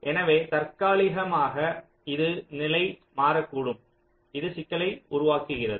எனவே தற்காலிகமாக அது நிலை மாறக்கூடும் இது சிக்கலை உருவாக்குகிறது